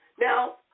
Now